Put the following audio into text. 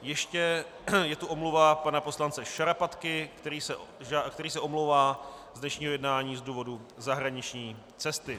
Ještě je tu omluva pana poslance Šarapatky, který se omlouvá z dnešního jednání z důvodu zahraniční cesty.